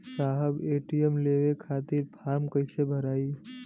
साहब ए.टी.एम लेवे खतीं फॉर्म कइसे भराई?